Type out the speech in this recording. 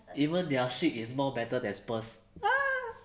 even their shit is more better than spurs ah